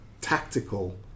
tactical